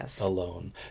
alone